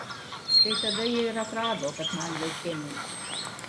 štai tada jie ir atrado kad man leukemija